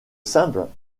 simple